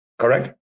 Correct